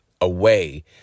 away